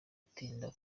gutinda